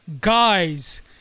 guys